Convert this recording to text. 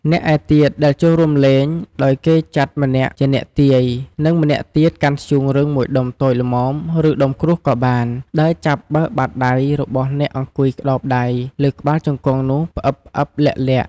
អ្នកឯទៀតដែលចូលរួមលេង ដោយគេចាត់ម្នាក់ជាអ្នកទាយ និងម្នាក់ទៀតកាន់ធ្យូងរឹង ១ដុំតូចល្មម ឬដុំក្រួសក៏បាន ដើរចាប់បើកបាត់ដៃ របស់អ្នកអង្គុយក្តោបដៃលើក្បាលជង្គង់នោះ ផ្អឹបៗ លាក់ៗ។